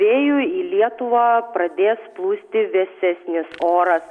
vėju į lietuvą pradės plūsti vėsesnis oras